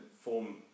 form